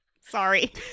Sorry